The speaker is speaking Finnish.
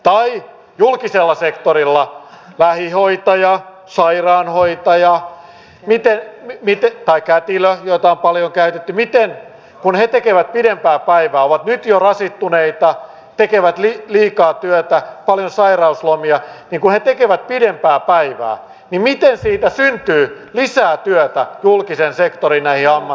tai julkisella sektorilla lähihoitaja sairaanhoitaja tai kätilö jota on paljon käytetty kun he tekevät pidempää päivää ovat nyt jo rasittuneita tekevät liikaa työtä paljon sairauslomia ja kun he tekevät pidempää niin miten siitä syntyy lisää työtä näihin julkisen sektorin ammatteihin